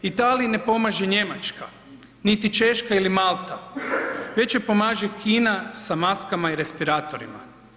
Italiji ne pomaže Njemačka niti Češka ili Malta, već joj pomaže Kina sa maskama i respiratorima.